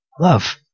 Love